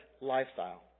lifestyle